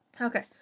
Okay